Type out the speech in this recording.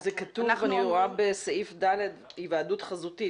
זה כתוב בסעיף (ד), היוועדות חזותית.